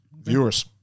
viewers